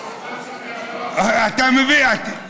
שאני אעלה להסביר לך?